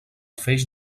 feix